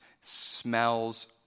smells